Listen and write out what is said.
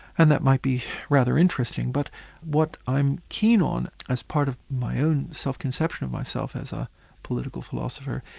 and that might be rather interesting. but what i'm keen on, as part of my own self-conception of myself as a political philosopher,